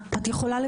הממשלה.